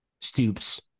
Stoops